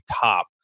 top